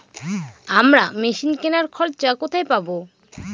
আমরা মেশিন কেনার খরচা কোথায় পাবো?